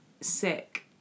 sick